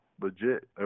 legit